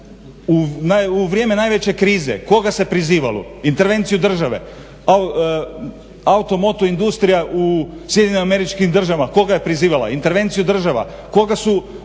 U vrijeme najveće krize koga se prizivalo, intervenciju države. Auto-moto industrija u SAD-u koga je prizivala, intervenciju država. Koga su